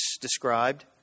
described